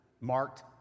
marked